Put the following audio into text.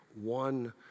one